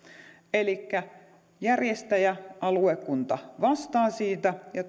elikkä järjestäjä aluekunta vastaa siitä ja